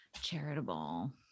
charitable